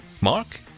Mark